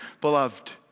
beloved